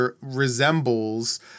resembles